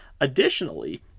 Additionally